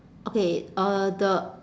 okay uh the